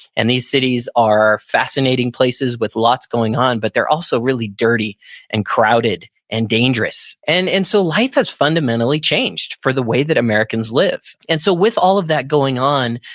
and these cities are fascinating places with lots going on, but they're also really dirty and crowded and dangerous. and and so life has fundamentally changed for the ways that americans live. and so with all of that going on,